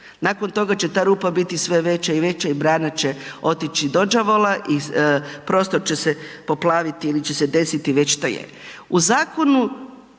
nakon toga će ta rupa biti sve veća i veća i brana će otići dođavola i prostor će se poplaviti ili će se desiti već što je.